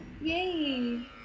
Yay